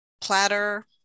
platter